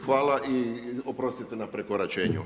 Hvala i oprostite na prekoračenju.